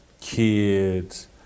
kids